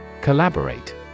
Collaborate